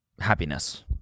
happiness